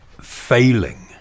failing